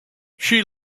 she